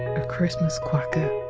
a christmas quacker.